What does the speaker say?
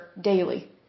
daily